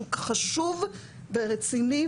שהוא חשוב ורציני,